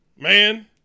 man